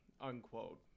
unquote